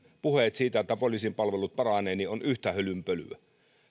puheet siitä että poliisin palvelut paranevat ovat yhtä hölynpölyä